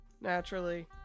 Naturally